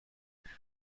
there